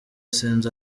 sinzi